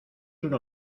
uno